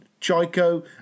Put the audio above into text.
Chico